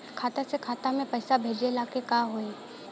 खाता से खाता मे पैसा भेजे ला का करे के होई?